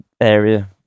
area